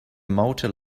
malta